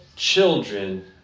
Children